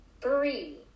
Three